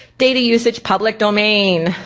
data usage, public domain.